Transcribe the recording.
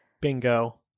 bingo